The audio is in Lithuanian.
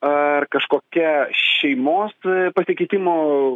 ar kažkokia šeimos pasikeitimo